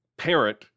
parent